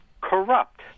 corrupt